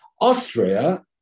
Austria